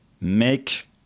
make